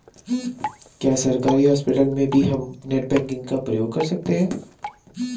क्या सरकारी हॉस्पिटल में भी हम नेट बैंकिंग का प्रयोग कर सकते हैं?